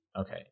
okay